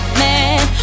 man